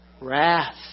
wrath